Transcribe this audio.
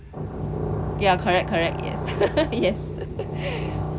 ya correct correct yes yes